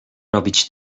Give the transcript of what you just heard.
robić